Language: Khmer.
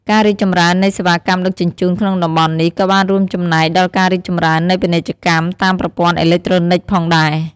ការរីកចម្រើននៃសេវាកម្មដឹកជញ្ជូនក្នុងតំបន់នេះក៏បានរួមចំណែកដល់ការរីកចម្រើននៃពាណិជ្ជកម្មតាមប្រព័ន្ធអេឡិចត្រូនិកផងដែរ។